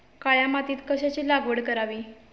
काळ्या मातीत कशाची लागवड करावी?